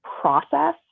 process